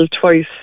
twice